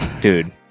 Dude